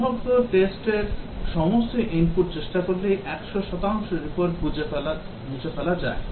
সম্ভাব্য test র সমস্ত input চেষ্টা করেই 100 শতাংশ বাগ মুছে ফেলা যায়